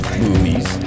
movies